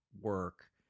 work